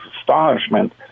astonishment